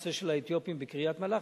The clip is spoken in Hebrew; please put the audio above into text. הנושא של האתיופים בקריית-מלאכי,